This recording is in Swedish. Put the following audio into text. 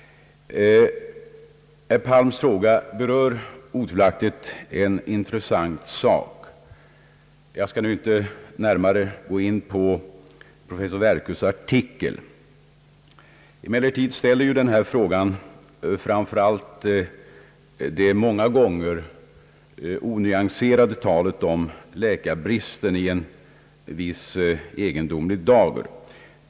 Herr Palms fråga berör otvivelaktigt en intressant sak, Jag skall inte närmare gå in på professor Werkös artikel. Emellertid ställer ju denna fråga framför allt det många gånger onyanserade talet om läkarbristen i en viss egendomlig dager.